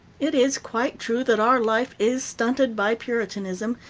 it is quite true that our life is stunted by puritanism,